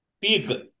Peak